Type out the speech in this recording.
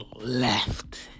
left